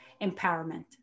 empowerment